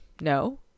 No